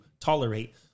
tolerate